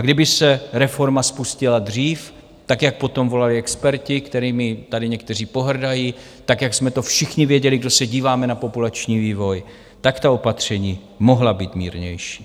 Kdyby se reforma spustila dřív, tak jak po tom volali experti kterými tady někteří pohrdají tak jak jsme to všichni věděli, kdo se díváme na populační vývoj, tak ta opatření mohla být mírnější.